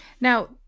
Now